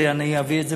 ואני אביא את זה,